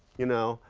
you know,